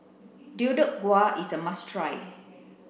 deodeok gui is a must try